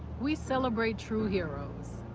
we celebrate true heroes,